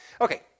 Okay